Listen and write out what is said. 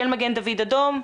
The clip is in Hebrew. של מגן דוד אדום,